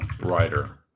writer